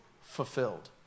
fulfilled